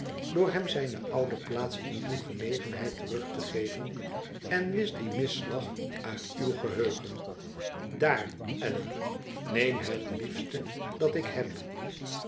door hem zijne oude plaats in uwe genegenheid terug te geven en wisch dien misslag uit uw geheugen daar allan neem het liefste dat ik heb